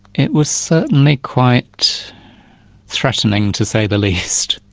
it was certainly quite threatening, to say the least.